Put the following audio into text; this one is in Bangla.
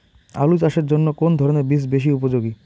আলু চাষের জন্য কোন ধরণের বীজ বেশি উপযোগী?